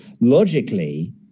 logically